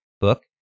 book